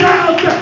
out